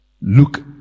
look